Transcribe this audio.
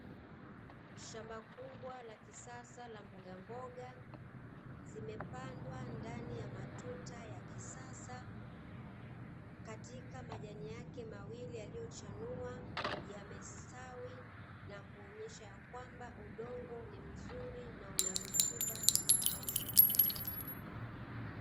Shamba kubwa la kisasa la mboga mboga zimepandwa ndani ya matuta ya kisasa, katika majani yake mawili yaliyochanua, yamestawi na kuonesha ya kwamba, udongo ni mzuri, na una rutuba ya kutosha.